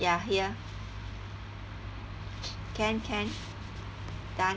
ya here can can done